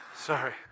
Sorry